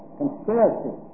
conspiracy